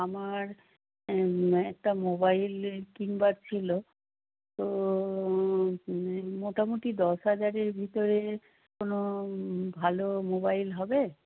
আমার একটা মোবাইল কিনবার ছিলো তো মোটামুটি দশ হাজারের ভিতরে কোনো ভালো মোবাইল হবে